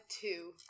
two